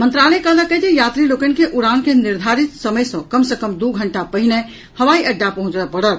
मंत्रालय कहलक अछि जे यात्री लोकनि के उड़ान के निर्धारित समय सँ कम सऽ कम दू घंटा पहिने हवाई अड्डा पहुंचऽ पड़त